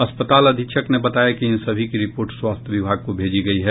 अस्पताल अधीक्षक ने बताया कि इन सभी की रिपोर्ट स्वास्थ्य विभाग को भेजी गयी है